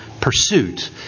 pursuit